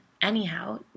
Anyhow